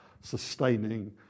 sustaining